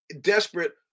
desperate